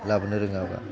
लाबोनो रोङाब्ला